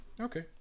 Okay